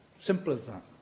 simple as that.